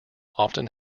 often